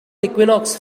equinox